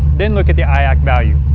then look at the iac value.